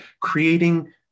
creating